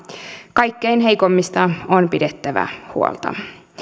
kaikkein heikoimmista on pidettävä huolta